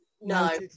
No